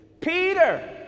Peter